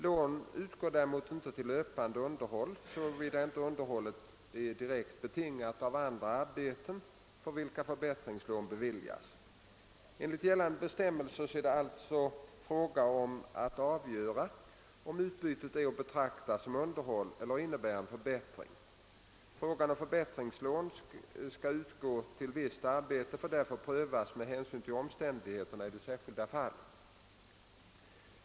Lån utgår däremot inte till löpande underhåll, såvida inte underhållet är direkt betingat av andra arbeten, för vilka förbättringslån beviljas. Enligt gällande bestämmelser är det alltså fråga om att avgöra om utbytet är att betrakta som underhåll eller innebär en förbättring. Frågan huruvida förbättringslån skall utgå till visst arbete får därför prövas med hänsyn till omständigheterna i det särskilda fallet.